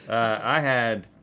i had,